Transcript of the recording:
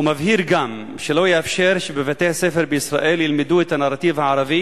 הוא מבהיר גם שלא יאפשר שבבתי-הספר בישראל ילמדו את הנרטיב הערבי